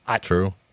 True